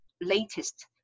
latest